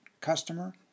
customer